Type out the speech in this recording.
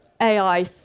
AI